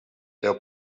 però